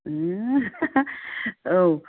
औ